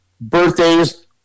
birthdays